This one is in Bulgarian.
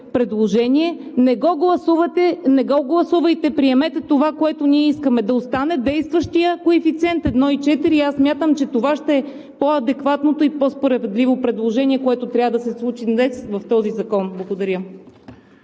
Не го гласувайте, а приемете това, което ние искаме, да остане действащият коефициент 1,4 и аз смятам, че това ще е по-адекватното и по-справедливо предложение, което трябва да се случи днес в този закон. Благодаря.